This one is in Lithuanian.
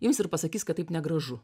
ims ir pasakys kad taip negražu